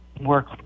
work